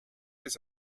bis